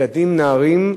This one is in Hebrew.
ילדים ונערים,